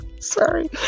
sorry